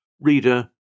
Reader